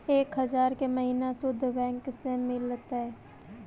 एक हजार के महिना शुद्ध बैंक से मिल तय?